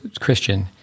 Christian